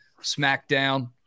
smackdown